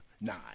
nine